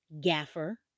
gaffer